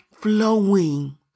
flowing